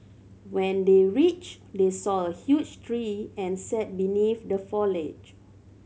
when they reached they saw a huge tree and sat beneath the foliage